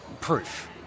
proof